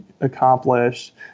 accomplished